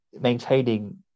maintaining